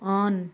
on